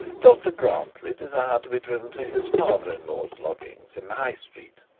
dr grantly desired to be driven to his father-in-law's lodgings in the high street,